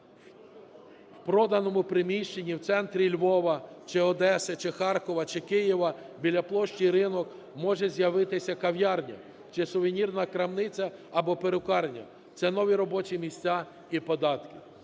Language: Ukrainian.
в проданому приміщенні у центрі Львова, чи Одеси, чи Харкова, чи Києва, біля площі Ринок може з'явитися кав'ярня, чи сувенірна крамниця, або перукарня, це нові робочі місця і податки.